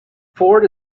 ford